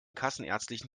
kassenärztlichen